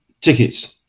tickets